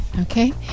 Okay